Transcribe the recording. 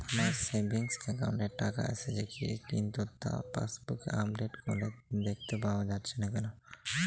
আমার savings account এ টাকা আসছে কিন্তু তা পাসবুক আপডেট করলে দেখতে পাওয়া যাচ্ছে না কেন?